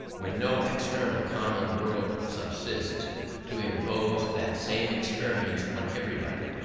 when no external common world subsists to impose that same experience on everybody.